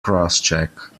crosscheck